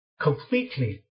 completely